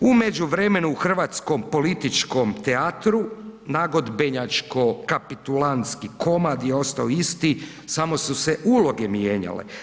U međuvremenu u hrvatskom političkom teatru nagodbenjačko kapitulantski komad je ostao isti, samo su se uloge mijenjale.